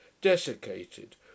desiccated